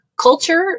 culture